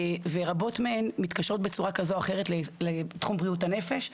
ורבות מהן מתקשרות בצורה כזו או אחרת לתחום בריאות הנפש.